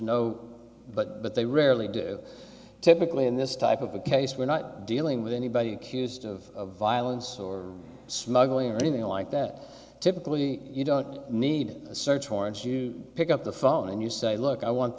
no but but they rarely do typically in this type of a case we're not dealing with anybody accused of violence or smuggling or anything like that typically you don't need a search warrant you pick up the phone and you say look i want